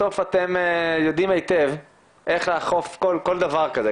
בסוף אתם יודעים היטב איך לעקוף כל דבר כזה.